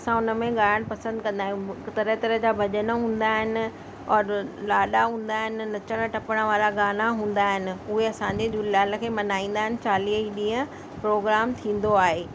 असां उन में ॻाएण पसंदि कंदा आहियूं तरह तरह जा भॼन हूंदा आहिनि और लाॾा हूंदा आहिनि नचणु टपण वारा गाना हूंदा आहिनि उहे असांजे झूलेलाल खे मल्हाईंदा आहिनि चालीह ॾींहं प्रोग्राम थींदो आहे